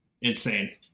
insane